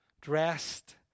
Dressed